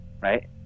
right